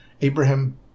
Abraham